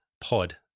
pod